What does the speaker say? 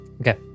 Okay